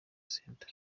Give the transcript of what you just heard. center